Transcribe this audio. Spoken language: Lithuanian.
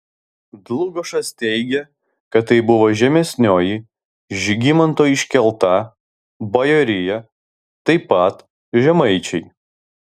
dlugošas teigia kad tai buvo žemesnioji žygimanto iškelta bajorija taip pat žemaičiai